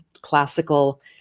classical